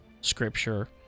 Scripture